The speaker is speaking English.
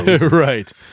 Right